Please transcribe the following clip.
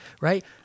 right